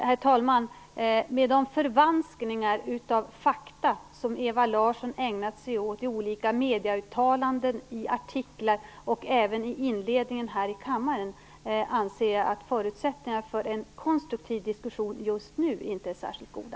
Herr talman! Med de förvanskningar av fakta som Ewa Larsson har ägnat sig åt i olika medieuttalanden, artiklar och även i inledningen här i kammaren, anser jag att förutsättningarna för en konstruktiv diskussion just nu inte är särskilt goda.